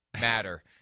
matter